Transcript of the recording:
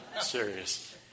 Serious